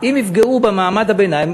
אם יפגעו במעמד הביניים,